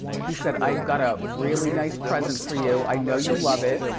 he said, i've got a really nice present for you. i know you'll love it.